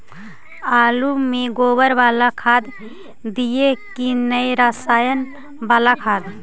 आलु में गोबर बाला खाद दियै कि रसायन बाला खाद?